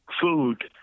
food